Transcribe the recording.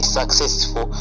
successful